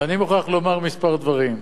ואני מוכרח לומר כמה דברים.